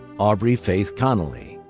aubrey faith connolly.